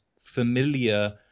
familiar